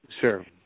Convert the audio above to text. Sure